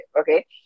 Okay